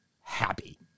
happy